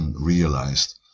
realized